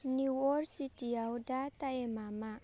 new York सिटिआव दा टाइमा मा